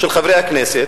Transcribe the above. על שולחן חברי הכנסת.